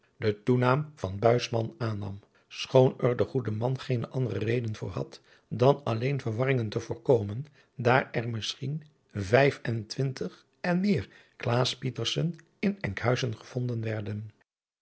van klaas pieterse den toenaam van buisman aannam schoon er de goede man geene andere reden voor had dan alleen verwarringen te voorkomen daar er misschien vijs en twintig en meer klaas pietersen in enkhuizen gevonden werden